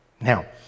Now